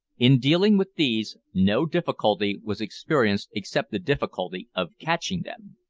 in dealing with these, no difficulty was experienced except the difficulty of catching them.